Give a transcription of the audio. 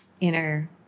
inner